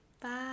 bye